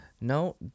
No